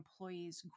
employees